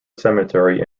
cemetery